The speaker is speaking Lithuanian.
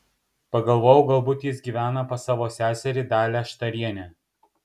pagalvojau galbūt jis gyvena pas savo seserį dalią štarienę